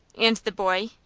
and the boy?